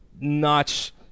notch